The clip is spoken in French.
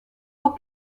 par